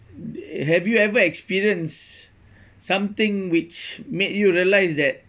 have you ever experienced something which made you realise that